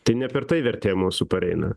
tai ne per tai vertė mūsų pareina